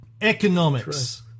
economics